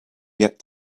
yet